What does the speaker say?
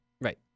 Right